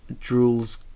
drool's